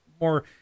more